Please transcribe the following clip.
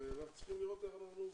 ואנחנו צריכים לראות איך אנחנו עוזרים.